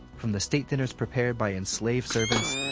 from the state dinners prepared by enslaved servants,